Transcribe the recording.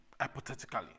hypothetically